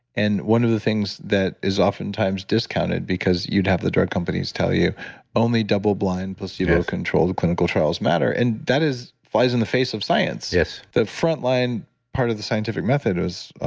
and one of the things that is oftentimes discounted because you'd have the drug companies tell you only double blind placebocontrolled clinical trials matter. and that flies in the face of science yes the frontline part of the scientific method was,